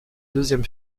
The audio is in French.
deuxième